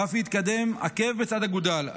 רפי התקדם עקב בצד אגודל,